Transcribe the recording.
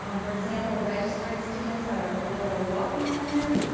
um for example, registering students at our global welcome centers.